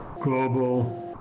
global